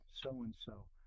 so-and-so